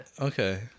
okay